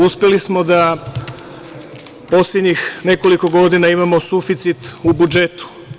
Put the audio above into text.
Uspeli smo da poslednjih nekoliko godina imamo suficit u budžetu.